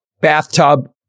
bathtub